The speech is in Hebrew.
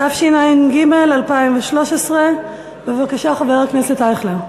התשע"ג 2013. בבקשה, חבר הכנסת אייכלר.